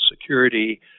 security